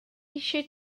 eisiau